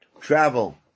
travel